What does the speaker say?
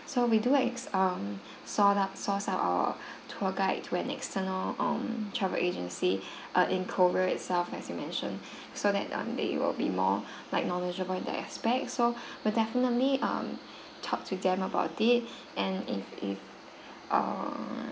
so we do ex~ um sort up source out our tour guide to an external um travel agency uh in korea itself as you mentioned so that um they will be more like knowledgeable in their aspect so we'll definitely um talk to them about it and if if err